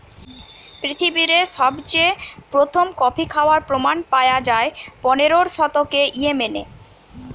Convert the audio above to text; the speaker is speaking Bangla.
পৃথিবীরে সবচেয়ে প্রথম কফি খাবার প্রমাণ পায়া যায় পনেরোর শতকে ইয়েমেনে